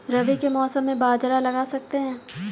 रवि के मौसम में बाजरा लगा सकते हैं?